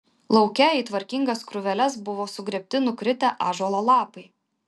lauke į tvarkingas krūveles buvo sugrėbti nukritę ąžuolo lapai